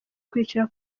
kwicara